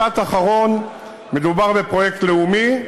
ומשפט אחרון: מדובר בפרויקט לאומי,